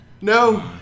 No